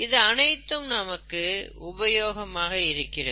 இது அனைத்தும் நமக்கு உபயோகமாக இருக்கிறது